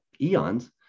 eons